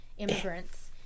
Immigrants